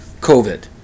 COVID